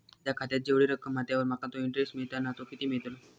माझ्या खात्यात जेवढी रक्कम हा त्यावर माका तो इंटरेस्ट मिळता ना तो किती मिळतलो?